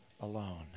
alone